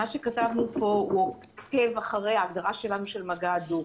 מה שכתבנו פה עוקב אחרי ההגדרה שלנו למגע הדוק.